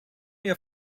ihr